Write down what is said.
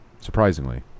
Surprisingly